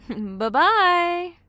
Bye-bye